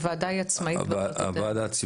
הוועדה היא עצמאית.